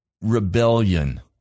rebellion